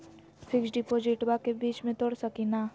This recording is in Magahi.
फिक्स डिपोजिटबा के बीच में तोड़ सकी ना?